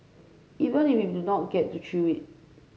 even if we don't get to chew it